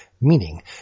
Meaning